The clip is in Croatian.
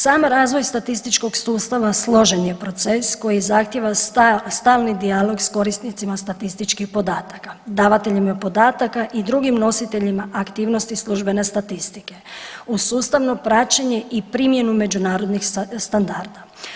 Sam razvoj statističkog sustava složen je proces koji zahtjeva stalni dijalog s korisnicima statističkih podataka, davateljima podataka i drugim nositeljima aktivnosti službene statistike uz sustavno praćenje i primjenu međunarodnih standarda.